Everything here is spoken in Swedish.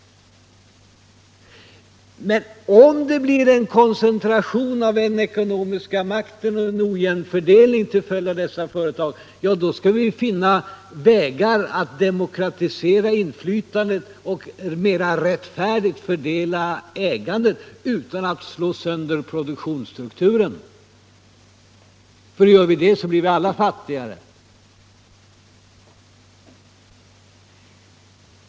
Men om det blir en koncentration av den ekonomiska makten och en ojämn fördelning på grund av dessa företag skall vi finna vägar att demokratisera inflytandet och mera rättfärdigt fördela ägandet utan att slå sönder produktionsstrukturen. För slår vi sönder den blir vi alla fattigare.